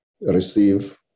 receive